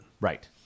Right